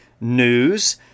news